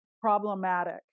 problematic